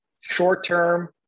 short-term